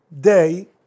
day